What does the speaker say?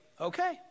okay